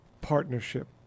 partnership